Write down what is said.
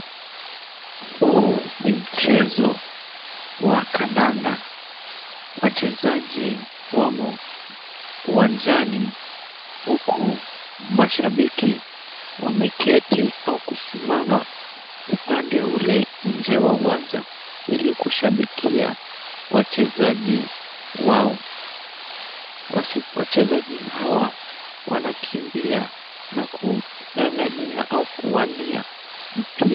Huu ni mchezo wa kandanda. Wachezaji wamo uwanjani. Huku mashabiki wameketi au kusimama upande ule nje wa uwanja ili kushabikia wachezaji wao. Wachezaji hawa wana kimbia na kung'ang'ania au kuwania mpira.